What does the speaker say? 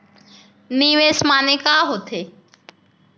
निवेश माने का होथे?